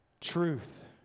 Truth